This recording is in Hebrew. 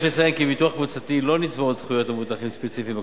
יש לציין כי בביטוח קבוצתי לא נצברות זכויות למבוטחים ספציפיים בקבוצה.